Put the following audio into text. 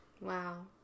wow